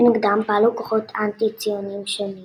כנגדם פעלו כוחות אנטי-ציוניים שונים